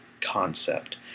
concept